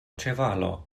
ĉevalo